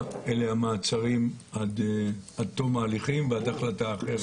המעצרים עד תום ההליכים ועד החלטה אחרת.